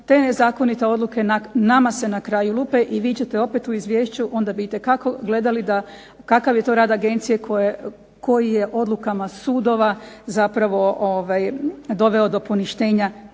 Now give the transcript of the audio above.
Te nezakonite odluke nama se na kraju lupe i vidjet ćete opet u Izvješću onda bi itekako gledali da kakav je to rad agencije koji je odlukama sudova zapravo doveo do poništenja